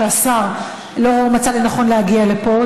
שהשר לא מצא לנכון להגיע לפה.